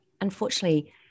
unfortunately